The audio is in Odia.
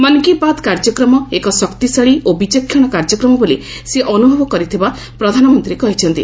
ମନ୍ କି ବାତ୍ କାର୍ଯ୍ୟକ୍ରମ ଏକ ଶକ୍ତିଶାଳୀ ଓ ବିଚକ୍ଷଣ କାର୍ଯ୍ୟକ୍ରମ ବୋଲି ସେ ଅନୁଭବ କରିଥିବା ପ୍ରଧାନମନ୍ତ୍ରୀ କହିଛନ୍ତି